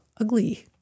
ugly